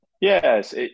Yes